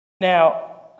Now